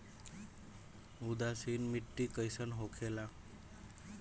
उदासीन मिट्टी कईसन होखेला?